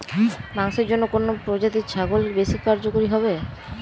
মাংসের জন্য কোন প্রজাতির ছাগল বেশি কার্যকরী হবে?